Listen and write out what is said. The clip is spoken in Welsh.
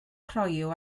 croyw